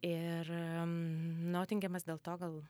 ir notingemas dėl to gal